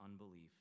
unbelief